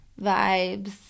vibes